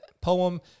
poem